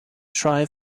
tri